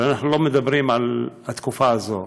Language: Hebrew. אנחנו לא מדברים על התקופה הזאת,